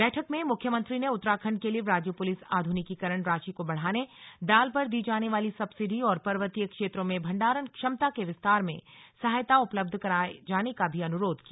बैठक में मुख्यमंत्री ने उत्तराखण्ड के लिए राज्य पुलिस आध्रनिकीकरण राशि को बढ़ाने दाल पर दी जाने वाली सब्सिडी और पर्वतीय क्षेत्रों में भण्डारण क्षमता के विस्तार में सहायता उपलब्ध कराने जाने का भी अनुरोध किया